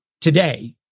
today